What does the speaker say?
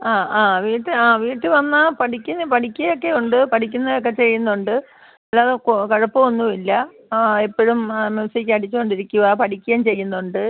ആ അ വീട്ടിൽ ആ വീട്ടിൽ വന്നാൽ പഠിക്കുന്നു പഠിക്കുകയൊക്കെ ഉണ്ട് പഠിക്കുന്നതൊക്കെ ചെയ്യുന്നുണ്ട് അല്ലാതെ കുഴപ്പമൊന്നുമില്ല ആ ഇപ്പോഴും മ്യൂസിക്ക് അടിച്ച് കൊണ്ടിരിക്കുകയാണ് പഠിക്കുകയും ചെയ്യുന്നുണ്ട്